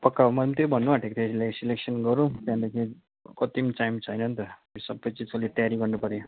पकाउँ म पनि त्यही भन्नुआँटेको थिएँ सेलेक् सेलेक्सन गरौँ त्यहाँदेखि कत्ति पनि टाइम छैन नि त त्यो सबैको लागि तयारी गर्नुपर्यो